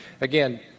again